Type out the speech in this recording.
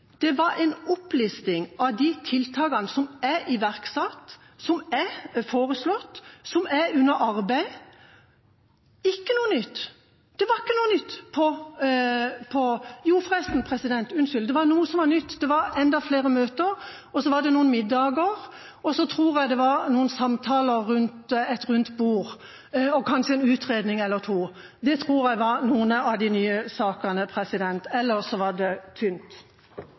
de tiltakene som er iverksatt, som er foreslått, som er under arbeid. Det var ikke noe nytt. Jo, forresten var det noe som var nytt: Det var enda flere møter, så var det noen middager, og så tror jeg det var noen samtaler rundt et rundt bord, og kanskje en utredning eller to. Det tror jeg var noen av de nye sakene. Ellers var det tynt.